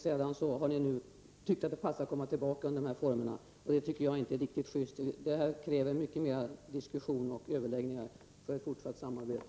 Sedan har ni tyckt att det passar att komma tillbaka, och det tycker jag inte är riktigt juste. Det krävs mycket mer av diskussion och överläggningar för ett fortsatt samarbete.